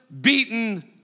beaten